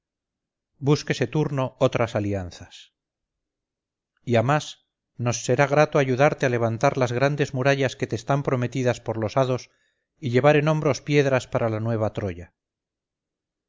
búsquese turno otras alianzas y a más nos será grato ayudarte a levantar las grandes murallas que te están prometidas por los hados y llevar en hombros piedras para la nueva troya